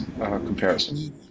comparison